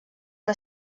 que